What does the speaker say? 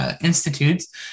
institutes